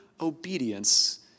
obedience